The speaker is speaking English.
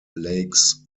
lakes